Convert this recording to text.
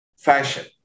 fashion